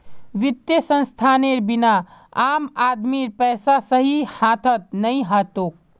वित्तीय संस्थानेर बिना आम आदमीर पैसा सही हाथत नइ ह तोक